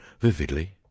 vividly